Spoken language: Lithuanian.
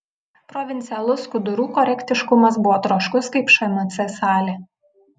provincialus skudurų korektiškumas buvo troškus kaip šmc salė